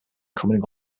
coming